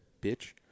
Bitch